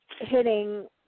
hitting